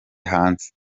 hanze